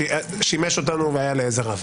זה שימש אותנו והיה לעזר רב.